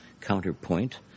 counterpoint